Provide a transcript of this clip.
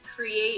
Create